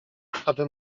aby